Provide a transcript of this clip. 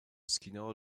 skinęła